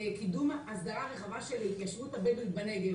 "קידום הסדרה רחבה של התיישבות הבדואים בנגב".